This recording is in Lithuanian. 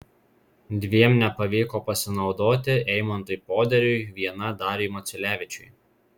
dviem nepavyko pasinaudoti eimantui poderiui viena dariui maciulevičiui